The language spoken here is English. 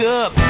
up